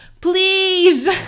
please